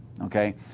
okay